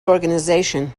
organization